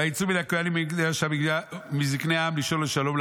ויצאו הכוהנים מזקני העם לשאול לשלום,